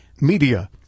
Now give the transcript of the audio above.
media